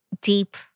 deep